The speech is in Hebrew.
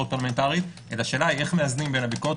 פרלמנטית אלא השאלה היא איך מאזנים בין הביקורת